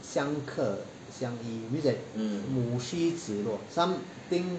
相克相依 means that 母虚子弱 some thing